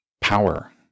Power